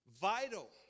vital